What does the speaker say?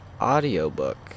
audiobook